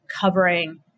covering